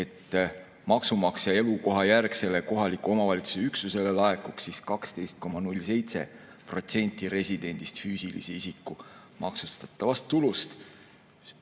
et maksumaksja elukohajärgsele kohaliku omavalitsuse üksusele laekuks 12,07% residendist füüsilise isiku maksustatavast tulust.